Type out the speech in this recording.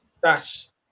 thats